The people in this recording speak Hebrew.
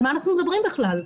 על מה אנחנו מדברים בכלל?